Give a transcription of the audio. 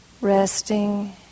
Resting